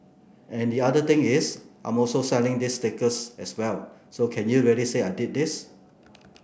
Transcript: and the other thing is I'm also selling these stickers as well so can you really say I did these